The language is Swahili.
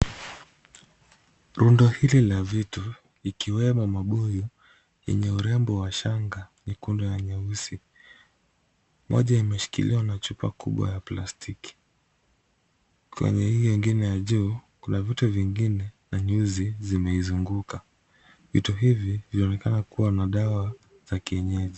Rundo hili la vitu ikiwemo mabuyu yenye urembo wa shanga nyekundu na nyeusi. Moja imeshikiliwa na chupa moja kubwa ya plastiki. Kwenye hiyo ingine ya juu kuna vitu vingine na nyuzi zimeizunguka. Vitu hivi vinaonekana kuwa na dawa za kienyeji.